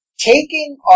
taking